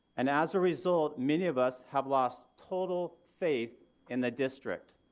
and as a result many of us have lost total faith in the district.